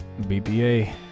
BPA